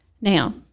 Now